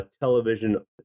television